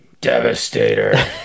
Devastator